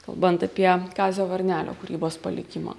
kalbant apie kazio varnelio kūrybos palikimą